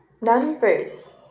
Numbers